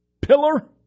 pillar